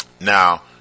Now